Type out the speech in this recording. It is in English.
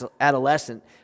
adolescent